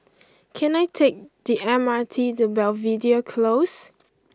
can I take the M R T to Belvedere Close